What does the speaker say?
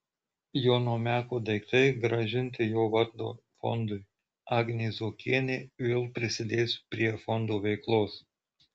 jono meko daiktai grąžinti jo vardo fondui agnė zuokienė vėl prisidės prie fondo veiklos